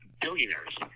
billionaires